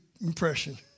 impression